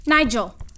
Nigel